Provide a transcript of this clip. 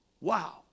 Wow